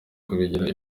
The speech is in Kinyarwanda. kubigira